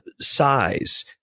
size